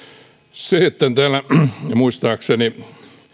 täällä muistaakseni